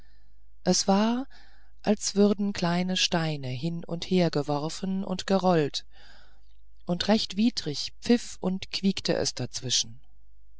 es war als würden kleine steine hin und her geworfen und gerollt und recht widrig pfiff und quiekte es dazwischen